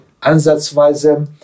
ansatzweise